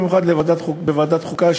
במיוחד בוועדת חוקה,